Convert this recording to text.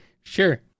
sure